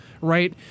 Right